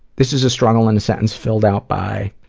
this is a struggle in a sentence filled out by